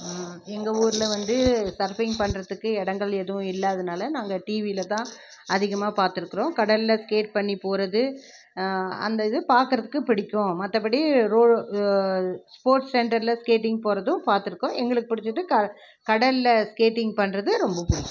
எங்கள் ஊரில் வந்து சர்ஃபிங் பண்ணுறதுக்கு இடங்கள் எதுவும் இல்லாதுனால் நாங்கள் டிவியில் தான் அதிகமாக பார்த்துட்டு இருக்கிறோம் கடலில் ஸ்கேட் பண்ணி போவது அந்த இது பார்க்குறதுக்கு பிடிக்கும் மற்றபடி ரோ ஸ்போட்ஸ் சென்டரில் ஸ்கேட்டிங் போவதும் பார்த்துருக்கோம் எங்களுக்கு பிடிச்சிட்டு கடலில் ஸ்கேட்டிங் பண்ணுறது ரொம்ப பிடிக்கும்